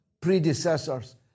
predecessors